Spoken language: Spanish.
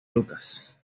lucas